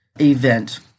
event